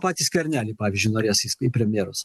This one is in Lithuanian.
patį skvernelį pavyzdžiui norės į premjerus